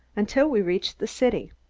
until we reached the city.